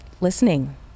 listening